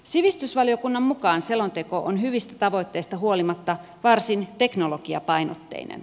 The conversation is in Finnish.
sivistysvaliokunnan mukaan selonteko on hyvistä tavoitteista huolimatta varsin teknologiapainotteinen